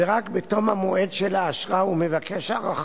וזאת רק החל מהיום שבו קיבל העורר הודעה על ההחלטה שעליה הוא מבקש לערור